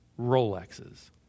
Rolexes